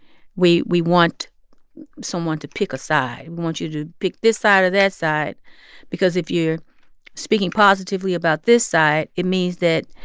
we we want someone to pick a side. we want you to pick this side or that side because if you're speaking positively about this side, it means that